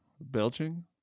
Belching